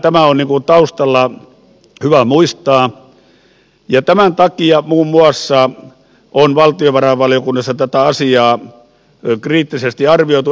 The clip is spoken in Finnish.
tämä on taustalla hyvä muistaa ja tämän takia muun muassa on valtiovarainvaliokunnassa tätä asiaa kriittisesti arvioitu